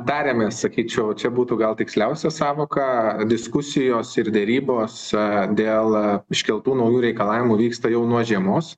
tarėmės sakyčiau čia būtų gal tiksliausia sąvoka diskusijos ir derybos dėl iškeltų naujų reikalavimų vyksta jau nuo žiemos